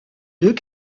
deux